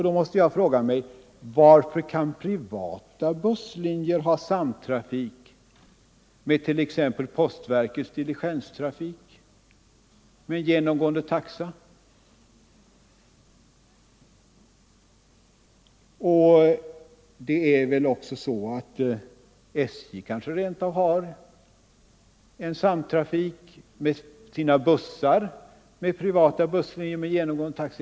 Då måste jag fråga mig: Varför kan privata busslinjer ha samtrafik med t.ex. postverkets diligenstrafik med genomgående taxa? SJ kanske rent av har en samtrafik mellan sina bussar och privata buss-” linjer.